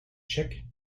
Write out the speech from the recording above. chick